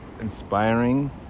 inspiring